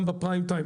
גם בזמן צפיית שיא,